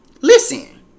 Listen